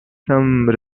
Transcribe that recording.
some